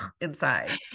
inside